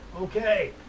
okay